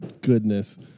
goodness